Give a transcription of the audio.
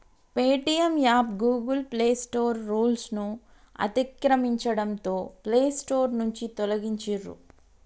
Paytm app Google play store రూల్స్ను అతిక్రమించడంతో play store నుంచి తొలగించిర్రు